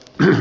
länsi